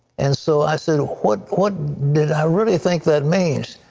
and so i said, what what did i really think that means?